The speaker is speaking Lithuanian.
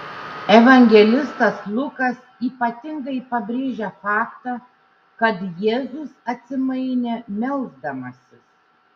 evangelistas lukas ypatingai pabrėžia faktą kad jėzus atsimainė melsdamasis